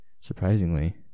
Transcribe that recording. surprisingly